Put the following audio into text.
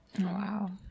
wow